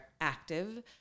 active